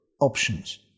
Options